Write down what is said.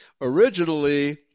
originally